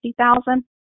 50,000